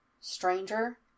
Stranger